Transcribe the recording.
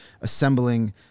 assembling